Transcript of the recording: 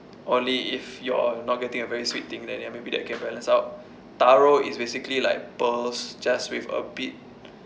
only if you're not getting a very sweet thing then ya maybe that can balance out taro is basically like pearls just with a bit